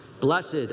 Blessed